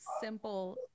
simple